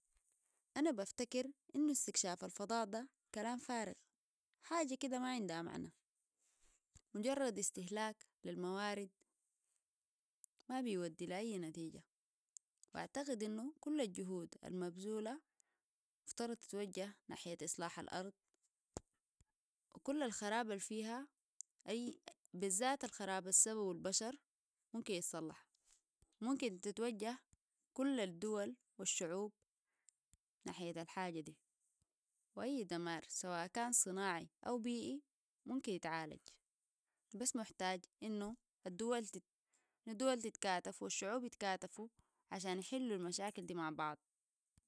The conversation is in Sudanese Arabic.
أنا بفتكر إنو استكشاف الفضاء ده كلام فارغ حاجة كده ما عندها معنى مجرد استهلاك للموارد ما بيودي لأي نتيجة فأعتقد إنو كل الجهود المبزولة يفترض تتوجه نحية إصلاح الأرض وكل الخراب الفيها أي بالذات الخراب السببو البشر ممكن يتصلح ممكن تتوجه كل الدول والشعوب نحية الحاجة دي وأي دمار سواء كان صناعي أو بيئي ممكن يتعالج بس محتاج انو الدول تتكاتف والشعوب يتكاتفوا عشان يحلوا المشاكل دي مع بعض